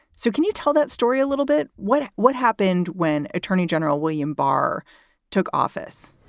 so can you tell that story a little bit? what what happened when attorney general william barr took office?